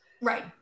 Right